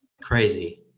Crazy